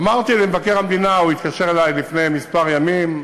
אמרתי למבקר המדינה, הוא התקשר אלי לפני כמה ימים,